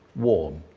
warm,